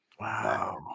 Wow